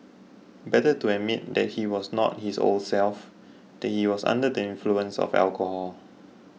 better to admit that he was not his old self that he was under the influence of alcohol